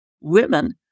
Women